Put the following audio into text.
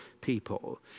people